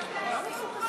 דקה.